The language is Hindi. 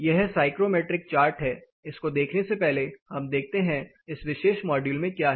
यह साइक्रोमेट्रिक चार्ट है इसको देखने से पहले हम देखते हैं इस विशेष मॉड्यूल में क्या है